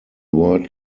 word